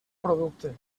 producte